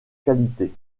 qualité